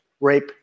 rape